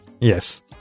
Yes